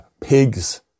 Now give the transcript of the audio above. pigs